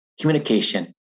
communication